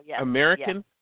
American